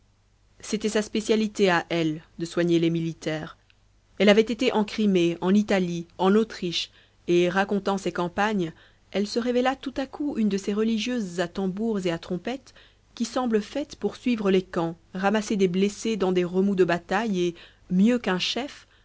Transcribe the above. c'était sa spécialité à elle de soigner les militaires elle avait été en crimée en italie en autriche et racontant ses campagnes elle se révéla tout à coup une de ces religieuses à tambours et à trompettes qui semblent faites pour suivre les camps ramasser des blessés dans des remous des batailles et mieux qu'un chef